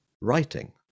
writing